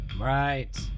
Right